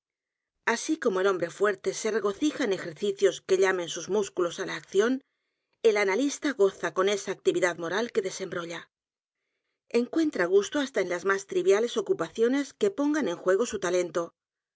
así como el hombre fuerte se regocija en ejercicios que llamen sus miísculos á la acción el analista goza con esa actividad moral que desembrolla encuentra gusto hasta en las m á s triviales ocupaciones que p o n g a n en juego su talento